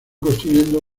construyendo